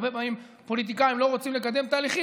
הרבה פעמים פוליטיקאים לא רוצים לקדם תהליכים,